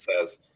says